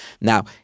Now